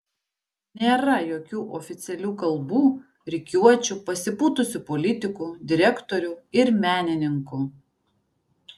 nėra jokių oficialių kalbų rikiuočių pasipūtusių politikų direktorių ir menininkų